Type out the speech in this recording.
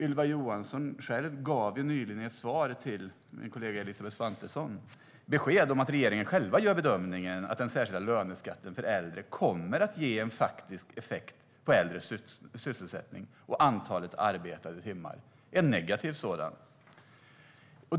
Ylva Johansson gav ju nyligen i ett svar till min kollega Elisabeth Svantesson besked om att regeringen själv gör bedömningen att den särskilda löneskatten för äldre kommer att ge en faktisk effekt på äldres sysselsättning och antalet arbetade timmar, och då en negativ sådan.